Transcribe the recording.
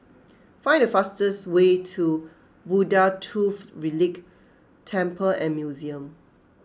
find the fastest way to Buddha Tooth Relic Temple and Museum